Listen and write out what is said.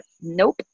Nope